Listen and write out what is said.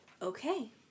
Okay